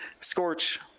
Scorch